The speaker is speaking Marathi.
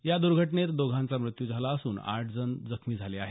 या दुर्घटनेत दोघांचा मृत्यू झाला असून आठ जण जखमी झाले आहेत